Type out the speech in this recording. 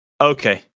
Okay